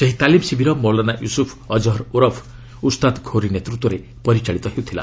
ସେହି ତାଲିମ୍ ଶିବିର ମୌଲାନା ୟୁସ୍ଫ୍ ଅଜହର୍ ଓରଫ୍ ଉସ୍ତାଦ୍ ଘୌରି ନେତୃତ୍ୱରେ ପରିଚାଳିତ ହେଉଥିଲା